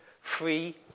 Free